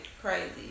crazy